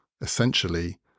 essentially